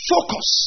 Focus